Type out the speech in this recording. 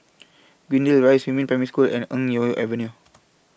Greendale Rise Yumin Primary School and Eng Neo Avenue